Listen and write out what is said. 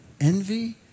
envy